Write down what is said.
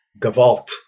Gavalt